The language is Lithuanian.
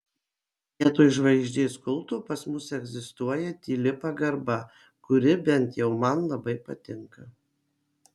vietoj žvaigždės kulto pas mus egzistuoja tyli pagarba kuri bent jau man labai patinka